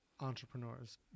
entrepreneurs